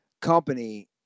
company